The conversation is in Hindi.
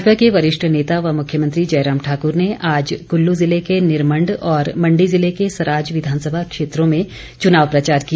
भाजपा के वरिष्ठ नेता व मुख्यमंत्री जयराम ठाकर ने आज क्ल्लू जिले के निरमण्ड और मण्डी ज़िले के सराज विधानसभा क्षेत्रों में चुनाव प्रचार किया